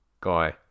guy